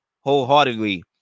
wholeheartedly